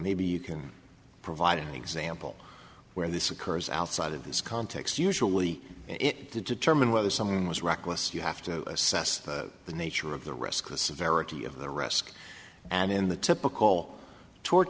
maybe you can provide an example where this occurs outside of this context usually it to determine whether someone was reckless you have to assess the nature of the risk the severity of the risk and in the typical tort